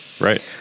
Right